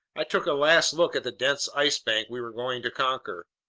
i took a last look at the dense ice bank we were going to conquer.